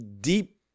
deep